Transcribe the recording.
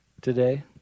today